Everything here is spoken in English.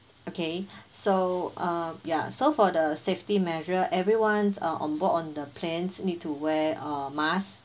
okay so uh ya so for the safety measure everyone uh on board on the planes need to wear uh mask